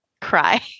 cry